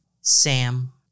Sam